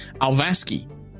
alvaski